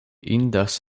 indas